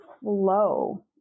flow